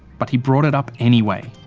but he brought it up anyway.